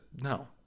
no